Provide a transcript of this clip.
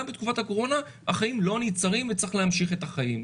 גם בתקופת הקורונה החיים לא נעצרים וצריך להמשיך את החיים.